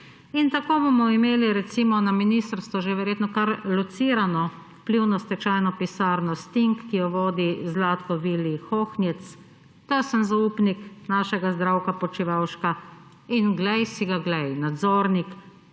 In tako bomo imeli recimo na ministrstvu že verjetno kar locirano vplivno stečajno pisarno Sting, ki jo vodi Zlatko Vili Hohnjec, tesen zaupnik našega Zdravka Počivalška in glej si ga glej, nadzornik